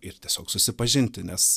ir tiesiog susipažinti nes